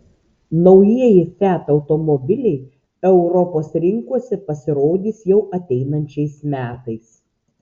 naujieji fiat automobiliai europos rinkose pasirodys jau ateinančiais metais